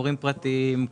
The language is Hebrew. מורים פרטיים,